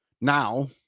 Now